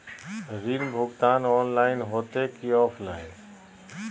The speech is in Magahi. ऋण भुगतान ऑनलाइन होते की ऑफलाइन?